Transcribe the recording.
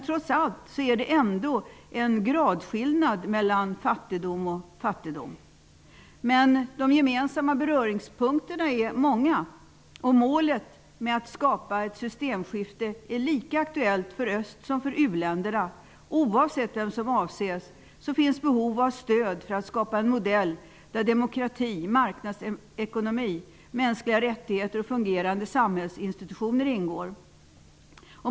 Trots allt är det ändå en gradskillnad mellan fattigdom och fattigdom. Men de gemensamma beröringspunkterna är många. Målet med att skapa ett systemskifte är lika aktuellt för öst som för u-länderna. Oavsett vem som avses finns behov av stöd för att skapa en modell där demokrati, marknadsekonomi, mänskliga rättigheter och fungerande samhällsinstitutioner ingår.